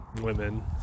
Women